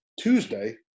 Tuesday